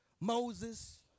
Moses